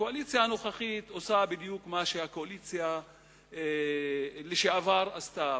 הקואליציה הנוכחית עושה בדיוק מה שהקואליציה לשעבר עשתה,